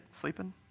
Sleeping